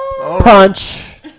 punch